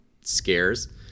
scares